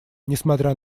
несмотря